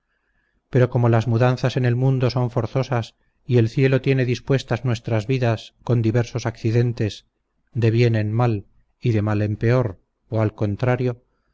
pero como las mudanzas en el mundo son forzosas y el cielo tiene dispuestas nuestras vidas con diversos accidentes de bien en mal y de mal en peor o al contrario